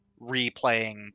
replaying